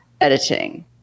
editing